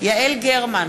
יעל גרמן,